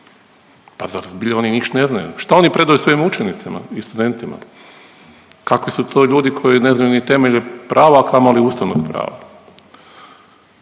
Pa zar zbilja oni niš ne znaju? Šta oni predaju svojim učenicima i studentima? Kakvi su to ljudi koji ne znaju ni temelje prava, a kamoli ustavnog prava?